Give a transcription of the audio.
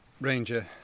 ranger